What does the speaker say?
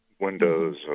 windows